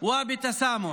בשותפות ובסלחנות.